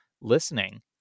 listening